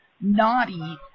naughty